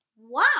wow